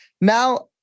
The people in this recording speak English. Now